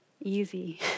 easy